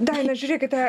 daina žiūrėkite